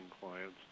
clients